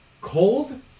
cold